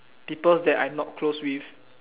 people that I not close with